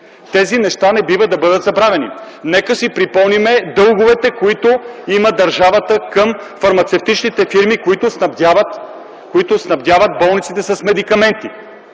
Тези неща не бива да бъдат забравяни! Нека си припомним дълговете, които има държавата към фармацевтичните фирми, които снабдяват болниците с медикаменти.